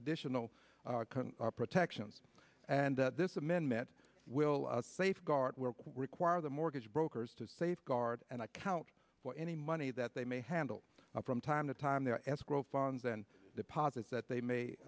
additional protections and this amendment will safeguard require the mortgage brokers to safeguard and account for any money that they may handle from time to time their escrow funds and deposits that they may